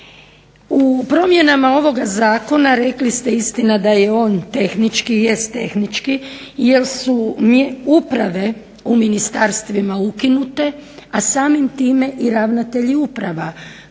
U promjenama ovoga zakona, rekli ste istina da je on tehnički, jest tehnički jer su uprave u ministarstvima ukinute, a samim time i ravnatelji uprava.